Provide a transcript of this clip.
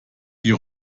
die